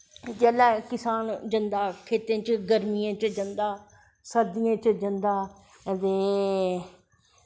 जिसलै किसान जंदा खेत्तें च जंदे गर्मियें च जंदा सर्दियें च जंदा ते